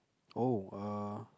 oh uh